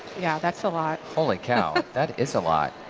yeah. that's a lot. holy cow. that is a lot.